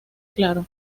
claro